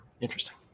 Interesting